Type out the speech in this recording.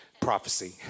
prophecy